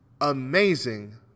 amazing